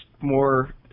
more